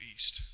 East